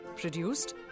produced